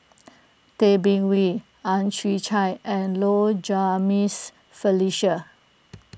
Tay Bin Wee Ang Chwee Chai and Low Jimenez Felicia